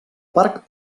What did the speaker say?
parc